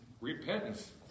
repentance